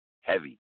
Heavy